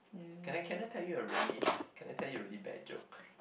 can I can I tell you a really can I tell you a really bad joke